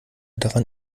daran